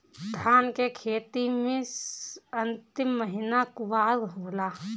धान के खेती मे अन्तिम महीना कुवार होला?